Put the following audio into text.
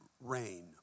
rain